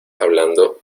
hablando